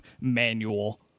manual